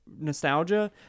nostalgia